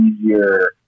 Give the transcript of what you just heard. easier